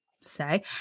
say